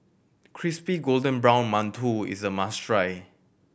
crispy golden brown mantou is a must try